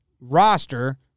roster